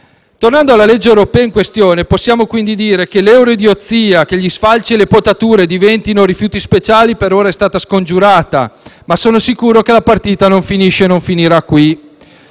Tornando alla legge europea in discussione, possiamo quindi dire che l'euroidiozia che gli sfalci e le potature diventino rifiuti speciali per ora è stata scongiurata, ma sono sicuro che la partita non finirà qui.